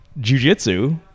Jiu-Jitsu